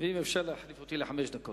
אם אפשר, נא להחליף אותי לחמש דקות.